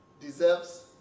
deserves